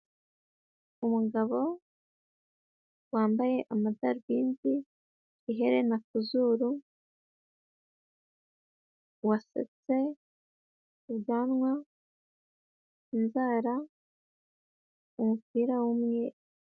Umugabo wambaye amadarubindi, ihena kuzuru, wasutse, ubwanwa, inzara, umupira w'Umweru.